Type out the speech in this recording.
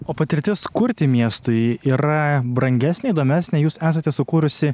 o patirtis kurti miestui yra brangesnė įdomesnė jūs esate sukūrusi